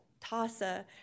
TASA